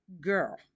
Girl